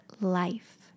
life